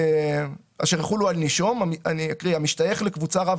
אשר יחולו על נישום המשתייך לקבוצה רב